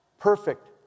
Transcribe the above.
perfect